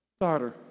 daughter